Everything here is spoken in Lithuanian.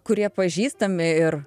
kurie pažįstami ir